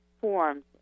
forms